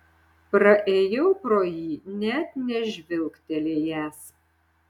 praėjau pro jį net nežvilgtelėjęs